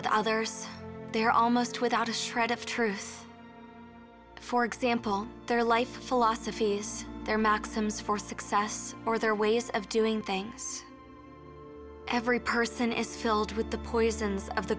with others they are almost without a shred of truth for example their life philosophies their maxims for success or their ways of doing things every person is filled with the poisons of the